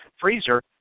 freezer